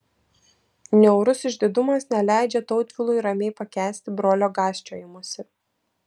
niaurus išdidumas neleidžia tautvilui ramiai pakęsti brolio gąsčiojimosi